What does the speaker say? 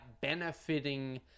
benefiting